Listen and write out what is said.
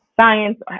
science